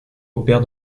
opère